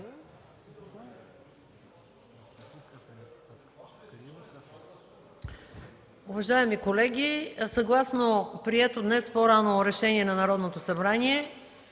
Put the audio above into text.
Уважаеми колеги, съгласно прието днес по-рано решение на Народното събрание